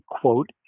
quote